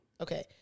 Okay